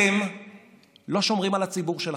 אתם לא שומרים על הציבור שלכם.